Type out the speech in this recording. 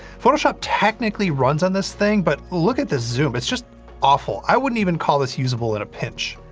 photoshop technically runs on this thing, but look at the zoom. it's just awful! i wouldn't even call this usable in a pinch.